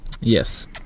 Yes